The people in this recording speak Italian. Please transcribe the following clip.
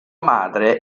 madre